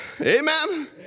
Amen